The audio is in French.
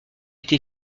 était